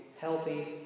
healthy